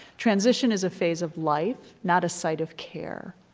transition is a phase of life, not a site of care.